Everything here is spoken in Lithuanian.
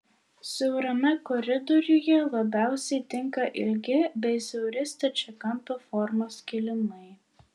siaurame koridoriuje labiausiai tinka ilgi bei siauri stačiakampio formos kilimai